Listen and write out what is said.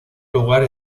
lugar